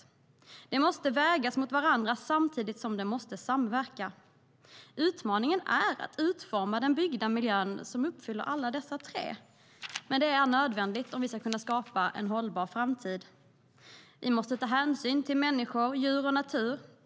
Dessa aspekter måste vägas mot varandra samtidigt som de måste samverka. Det är en utmaning att utforma den byggda miljön så att den uppfyller alla dessa tre krav, men det är nödvändigt om vi ska kunna skapa en hållbar framtid. Vi måste ta hänsyn till människor, djur och natur.